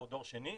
או דור 2,